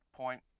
point